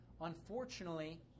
Unfortunately